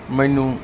ਮੈਨੂੰ